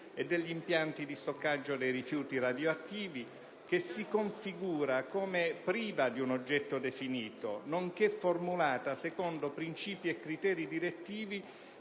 e degli impianti di stoccaggio dei rifiuti radioattivi, che si configura come priva di un oggetto definito, nonché formulata secondo principi e criteri direttivi